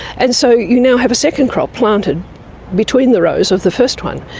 and so you now have a second crop planted between the rows of the first one.